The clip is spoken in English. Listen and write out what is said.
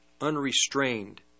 unrestrained